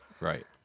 right